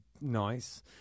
nice